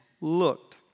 looked